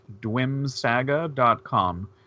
dwimsaga.com